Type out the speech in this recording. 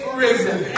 risen